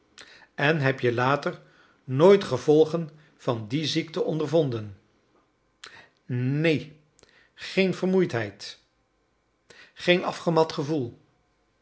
en heb je later nooit gevolgen van die ziekte ondervonden neen geen vermoeidheid geen afgemat gevoel